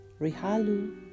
rihalu